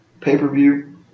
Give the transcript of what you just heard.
pay-per-view